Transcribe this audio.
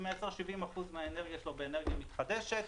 ומייצר 70% מהאנרגיה שלו באנרגיה מתחדשת.